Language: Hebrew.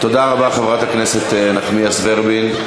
תודה רבה, חברת הכנסת נחמיאס ורבין.